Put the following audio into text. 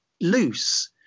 loose